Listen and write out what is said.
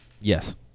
Yes